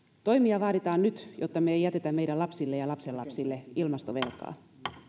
toimia vaaditaan nyt jotta me emme jätä meidän lapsille ja lapsenlapsille ilmastovelkaa